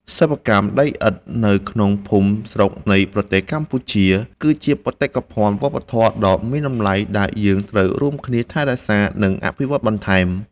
សិប្បកម្មដីឥដ្ឋនៅក្នុងភូមិស្រុកនៃប្រទេសកម្ពុជា គឺជាបេតិកភណ្ឌវប្បធម៌ដ៏មានតម្លៃដែលយើងត្រូវរួមគ្នាថែរក្សា និង អភិវឌ្ឍបន្ថែម។